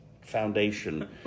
foundation